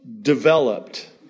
developed